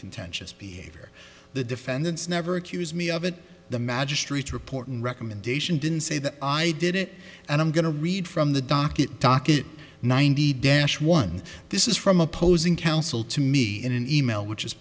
contentious behavior the defendants never accused me of it the magistrates report and recommendation didn't say that i did it and i'm going to read from the docket docket ninety dash one this is from opposing counsel to me in an e mail which is